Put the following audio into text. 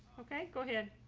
okay, go ahead.